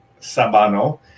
sabano